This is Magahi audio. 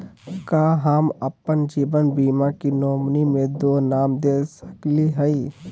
का हम अप्पन जीवन बीमा के नॉमिनी में दो नाम दे सकली हई?